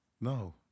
No